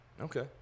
Okay